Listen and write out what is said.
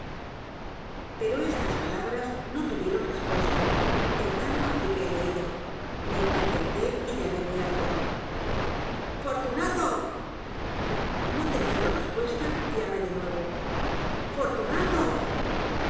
pero estas palabras no tuvieron r e s p u e s t a en vano apliqué el oído me impacienté y llamé muy alto fortunato no teniendo respuesta llamé de nuevo fortunato